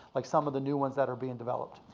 like some of the new ones that are being developed?